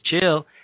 chill